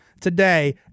today